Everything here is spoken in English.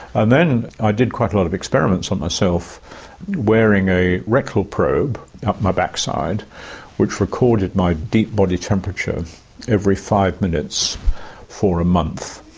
and then i did quite a lot of experiments on myself wearing a rectal probe up my backside which recorded my deep body temperature every five minutes for one month.